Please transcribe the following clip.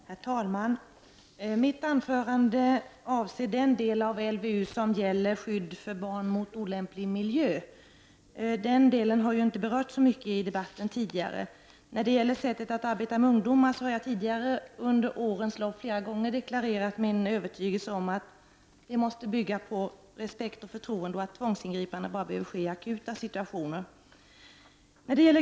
Herr talman! Mitt anförande avser den del av LVU som gäller skydd för barn mot olämplig miljö. Det är en fråga som tidigare inte har berörts så mycket i debatten. Beträffande sättet att arbeta med ungdomar har jag tidigare under åren flera gånger deklarerat min övertygelse om att detta måste bygga på respekt och förtroende och att tvångsingripanden behöver ske bara i akuta situationer.